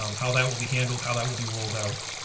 um how that will be handled, how that will be rolled out.